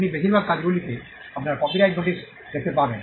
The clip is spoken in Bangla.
আপনি বেশিরভাগ কাজগুলিতে আপনার কপিরাইট নোটিশ দেখতে পাবেন